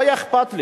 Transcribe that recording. לא היה אכפת לי,